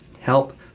help